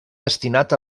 destinat